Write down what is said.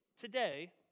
today